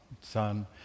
son